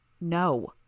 No